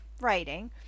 writing